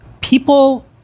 people